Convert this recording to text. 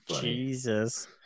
Jesus